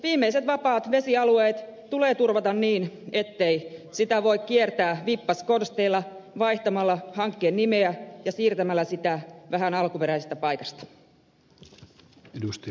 viimeiset vapaat vesialueet tulee turvata niin ettei turvaamista voi kiertää vippaskonsteilla vaihtamalla hankkeen nimeä ja siirtämällä sitä vähän alkuperäisestä paikasta